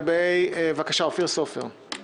אופיר סופר, בבקשה.